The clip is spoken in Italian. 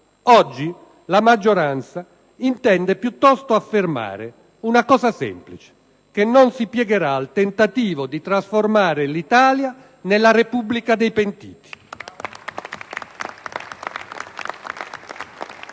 Oggi la maggioranza intende piuttosto affermare una cosa semplice: che non si piegherà al tentativo di trasformare l'Italia nella Repubblica dei pentiti.